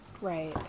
Right